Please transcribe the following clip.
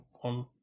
one